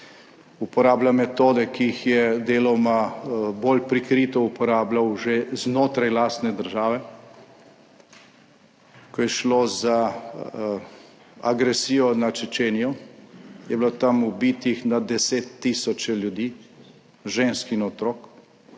uporablja metode, ki jih je deloma bolj prikrito uporabljal že znotraj lastne države. Ko je šlo za agresijo na Čečenijo, je bilo tam ubitih na deset tisoče ljudi, žensk in otrok,